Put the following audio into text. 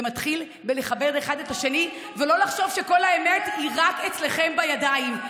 זה מתחיל בלחנך אחד את השני ולא לחשוב שכל האמת היא רק אצלכם בידיים.